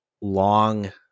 long